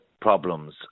problems